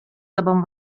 tobą